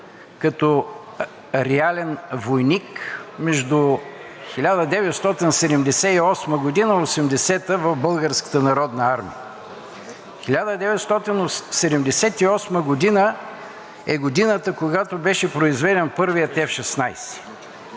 като реален войник между 1978-а и 1980 г. в Българската народна армия. 1978 г. е годината, когато беше произведен първият F-16.